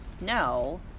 no